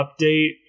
update